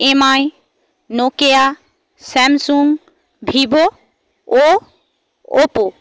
MI Nokia Samsung Vivo ও Oppo